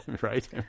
right